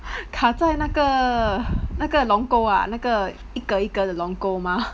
卡在那个那个龙沟啊那个一格一格的龙沟吗